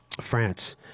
France